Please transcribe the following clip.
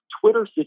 Twitter